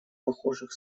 похожих